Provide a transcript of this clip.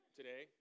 today